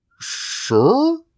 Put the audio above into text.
sure